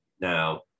Now